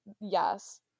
yes